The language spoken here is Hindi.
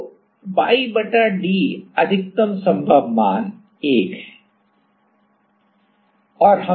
तो y बटा d अधिकतम संभव मान 1 है